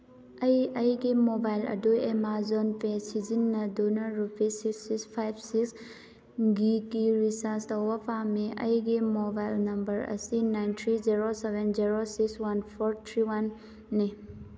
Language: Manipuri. ꯑꯩ ꯑꯩꯒꯤ ꯃꯣꯕꯥꯏꯜ ꯑꯗꯨ ꯑꯦꯃꯥꯖꯣꯟ ꯄꯦ ꯁꯤꯖꯤꯟꯅꯗꯨꯅ ꯔꯨꯄꯤꯁ ꯁꯤꯁ ꯁꯤꯁ ꯐꯥꯏꯚ ꯁꯤꯛꯁꯀꯤ ꯔꯤꯆꯥꯔꯖ ꯇꯧꯕ ꯄꯥꯝꯃꯤ ꯑꯩꯒꯤ ꯃꯣꯕꯥꯏꯜ ꯅꯝꯕꯔ ꯑꯁꯤ nine three zero seven zero ꯁꯤꯁ ꯋꯥꯟ ꯐꯣꯔ ꯊ꯭ꯔꯤ ꯋꯥꯟꯅꯤ